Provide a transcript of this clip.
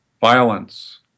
violence